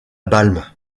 balme